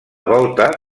volta